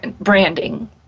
branding